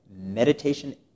meditation